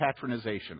patronization